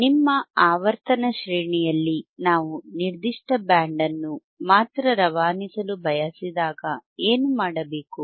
ನಿಮ್ಮ ಆವರ್ತನ ಶ್ರೇಣಿಯಲ್ಲಿ ನಾವು ನಿರ್ದಿಷ್ಟ ಬ್ಯಾಂಡ್ ಅನ್ನು ಮಾತ್ರ ರವಾನಿಸಲು ಬಯಸಿದಾಗ ಏನು ಮಾಡಬೇಕು